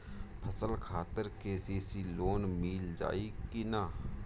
फसल खातिर के.सी.सी लोना मील जाई किना?